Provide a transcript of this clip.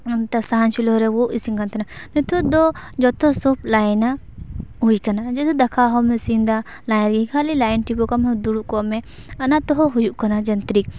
ᱚᱱᱛᱮ ᱥᱟᱦᱟᱱ ᱪᱩᱞᱦᱟᱹ ᱨᱮ ᱵᱚ ᱤᱥᱤᱱ ᱠᱟᱱᱛᱟᱦᱮᱱᱟ ᱱᱤᱛᱟᱹᱜ ᱫᱚ ᱡᱚᱛᱚᱥᱚᱵ ᱞᱟᱭᱱᱟ ᱦᱩᱭ ᱠᱟᱱᱟ ᱡᱮ ᱫᱟᱠᱟ ᱦᱚᱸᱢ ᱤᱥᱤᱱ ᱫᱟ ᱞᱟᱭᱨᱤ ᱠᱷᱟᱞᱤ ᱞᱟᱭᱤᱱ ᱴᱤᱵᱤ ᱫᱩᱲᱩᱵ ᱠᱚᱜᱢᱮ ᱚᱱᱟ ᱛᱮᱦᱚᱸ ᱦᱩᱭᱩᱜ ᱠᱟᱱᱟ ᱡᱟᱱᱛᱨᱤᱠ